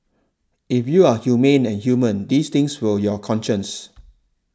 if you are humane and human these things will your conscience